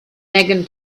megan